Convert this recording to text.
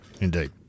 Indeed